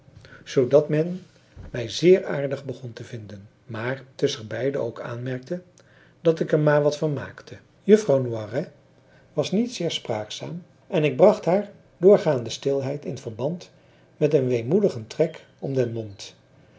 zoodat men mij zeer aardig begon te vinden maar tusschenbeiden ook aanmerkte dat ik er maar wat van maakte juffrouw noiret was niet zeer spraakzaam en ik bracht haar doorgaande stilheid in verband met een weemoedigen trek om den mond